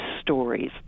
stories